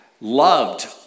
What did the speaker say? loved